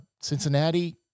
Cincinnati